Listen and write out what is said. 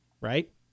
right